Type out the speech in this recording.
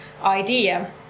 idea